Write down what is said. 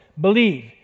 believe